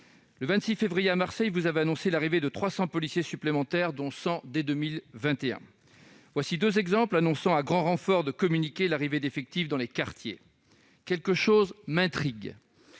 Le 26 février, à Marseille, il a annoncé l'arrivée de « 300 policiers supplémentaires, dont 100 dès 2021 ». Voilà deux exemples annonçant, à grand renfort de communiqués, l'arrivée d'effectifs dans les quartiers. Une chose m'intrigue